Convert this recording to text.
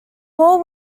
hall